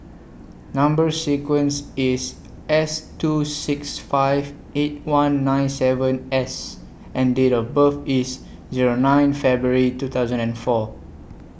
Number sequence IS S two six five eight one nine seven S and Date of birth IS Zero nine February two thousand and four